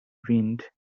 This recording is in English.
wind